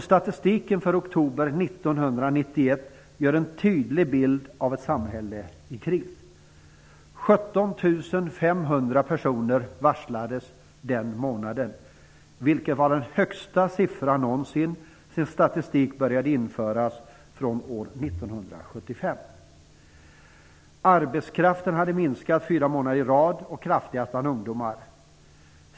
Statistiken för oktober 1991 ger en tydlig bild av ett samhälle i kris: - 17 500 personer varslades den månaden, vilket var det högsta antalet någonsin sedan statistik började föras år 1975. - Arbetskraften hade minskat fyra månader i rad och kraftigast bland ungdomar.